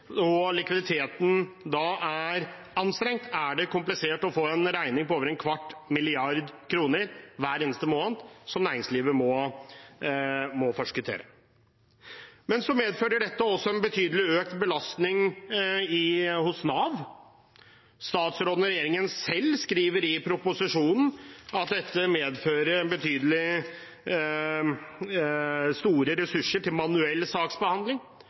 og likviditeten er anstrengt, er det komplisert å få en regning på over en kvart milliard kroner hver eneste måned, som næringslivet må forskuttere. Så medfører dette også en betydelig økt belastning hos Nav. Statsråden og regjeringen skriver selv i proposisjonen at dette medfører betydelige, store ressurser til manuell saksbehandling.